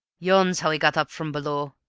yon's how he got up from below!